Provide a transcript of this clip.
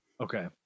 Okay